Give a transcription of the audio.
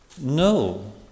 No